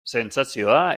sentsazioa